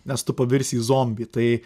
nes tu pavirsi į zombį tai